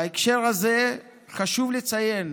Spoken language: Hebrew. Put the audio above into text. בהקשר הזה חשוב לציין